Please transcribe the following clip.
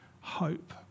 hope